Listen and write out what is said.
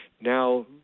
Now